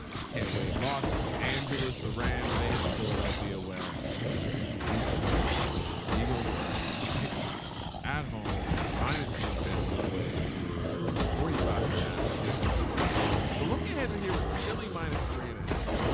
ah can't wait. los angeles, the rams they had to philadelphia where jesus christ, sean, the eagles are a pick them at home minus one ten, both ways forty five and a half is the total. the look ahead or here was filling minus three and a half.